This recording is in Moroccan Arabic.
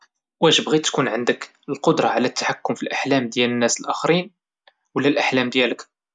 واش بغيت تكون عندك القدرة على التحكم في الاحلام ديال الناس لخرين ولى الاحلام ديالك